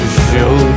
show